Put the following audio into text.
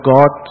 God